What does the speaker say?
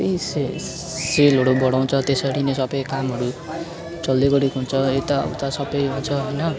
त्यही से सेलहरू बढाउँछ त्यसरी नै सबै कामहरू चल्दै गरेको हुन्छ यताउता सबै हुन्छ होइन